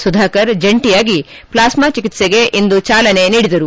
ಸುಧಾಕರ್ ಜಂಟಿಯಾಗಿ ಪ್ಲಾಸ್ತಾ ಚಿಕಿತ್ಸೆಗೆ ಇಂದು ಚಾಲನೆ ನೀಡಿದರು